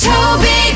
Toby